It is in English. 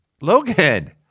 Logan